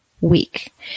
week